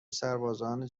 سربازان